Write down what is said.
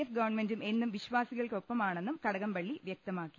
F ഗവൺമെന്റും എന്ന് വിശ്വാ സികൾക്കൊപ്പമാണെന്നും കടകംപള്ളി വൃക്തമാക്കി